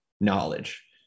knowledge